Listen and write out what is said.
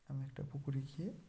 আমি একটা পুকুরে গিয়ে